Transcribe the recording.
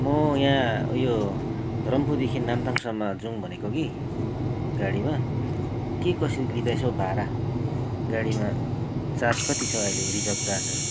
म यहाँ उयो रम्फूदेखि नामथाङसम्म जाउँ भनेको कि गाडीमा के कसरी लिँदैछ हौ भाडा गाडीमा चार्ज कति छ अहिले रिजर्व चार्जहरू